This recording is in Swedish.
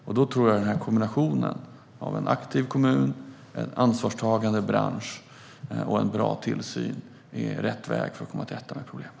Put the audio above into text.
Jag tror att kombinationen av en aktiv kommun, en ansvarstagande bransch och en bra tillsyn är rätt väg för att komma till rätta med problemet.